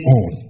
on